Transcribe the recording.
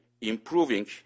improving